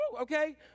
Okay